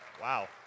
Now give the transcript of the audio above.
Wow